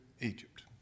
Egypt